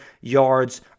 yards